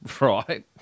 Right